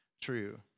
true